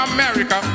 America